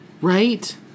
right